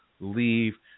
leave